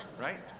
Right